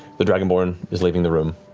the dragonborn is leaving the room.